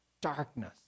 darkness